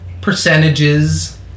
percentages